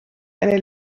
eine